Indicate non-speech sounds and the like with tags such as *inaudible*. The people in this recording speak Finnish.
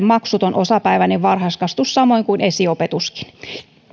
*unintelligible* maksuton osapäiväinen varhaiskasvatus samoin kuin esiopetuskin